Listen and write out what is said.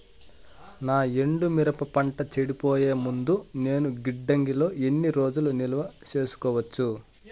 నా ఎండు మిరప పంట చెడిపోయే ముందు నేను గిడ్డంగి లో ఎన్ని రోజులు నిలువ సేసుకోవచ్చు?